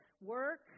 work